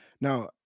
now